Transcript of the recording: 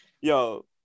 yo